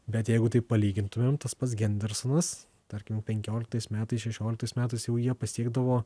bet jeigu taip palygintumėm tas pats gendersonas tarkim penkioliktais metais šešioliktais metais jau jie pasiekdavo